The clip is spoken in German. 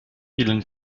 vielen